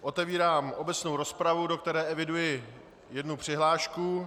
Otevírám obecnou rozpravu, do které eviduji jednu přihlášku.